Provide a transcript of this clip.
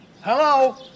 Hello